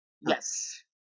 Yes